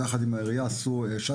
ביחד עם העירייה עשו שאטלים.